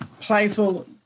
playful